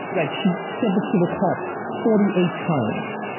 like she said this to the cops forty eight times,